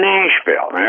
Nashville